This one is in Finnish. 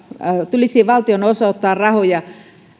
tulisi valtion osoittaa rahoja